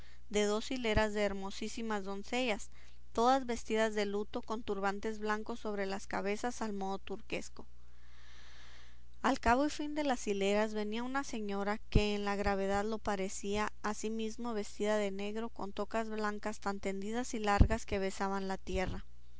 de dos hileras de hermosísimas doncellas todas vestidas de luto con turbantes blancos sobre las cabezas al modo turquesco al cabo y fin de las hileras venía una señora que en la gravedad lo parecía asimismo vestida de negro con tocas blancas tan tendidas y largas que besaban la tierra